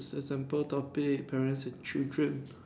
example topic the parents with children